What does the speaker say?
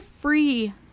free